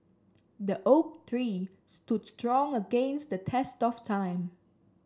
the oak tree stood strong against the test of time